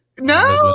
No